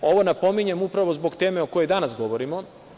Ovo napominjem upravo zbog teme o kojoj danas govorimo.